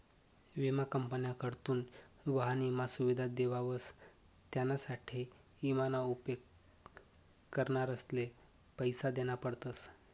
विमा कंपन्यासकडथून वाहन ईमा सुविधा देवावस त्यानासाठे ईमा ना उपेग करणारसले पैसा देना पडतस